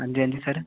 अंजी अंजी सर